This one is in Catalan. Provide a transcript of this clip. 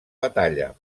batalla